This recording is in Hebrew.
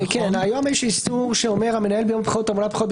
היום יש איסור שאומר "המנהל ביום הבחירות תעמולת בחירות,